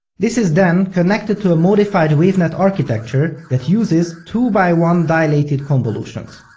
this is then connected to a modified wavenet architecture that uses two by one dilated convolutions.